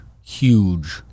huge